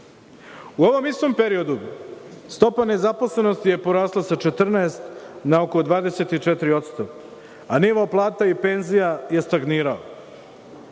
ovom istom periodu stopa nezaposlenosti je porasla sa 14 na oko 24%, a nivo plata i penzija je stagnirao.